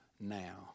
now